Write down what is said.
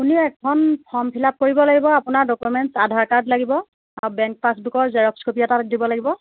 আপুনি এখন form fill up কৰিব লাগিব আপোনাৰ ডকুমেণ্টছ আধাৰ কাৰ্ড লাগিব আৰু বেংক পাছবুকৰ জেৰক্স কপি এটা দিব লাগিব